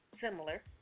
similar